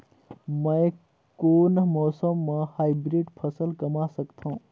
मै कोन मौसम म हाईब्रिड फसल कमा सकथव?